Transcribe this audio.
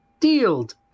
Dealed